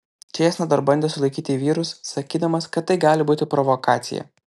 čėsna dar bandė sulaikyti vyrus sakydamas kad tai gali būti provokacija